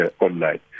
online